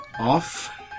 off